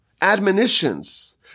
admonitions